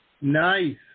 Nice